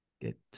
get